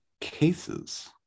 cases